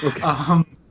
Okay